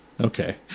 okay